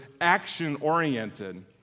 action-oriented